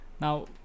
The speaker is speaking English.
Now